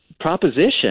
Proposition